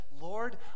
Lord